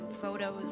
photos